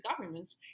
governments